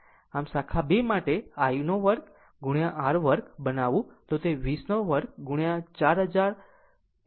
શાખા 2 માટે જો I 2 વર્ગ r 2 બનાવું તો તે 20 વર્ગ 4 1600 વોટ છે